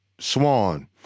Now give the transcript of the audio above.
Swan